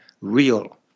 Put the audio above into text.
real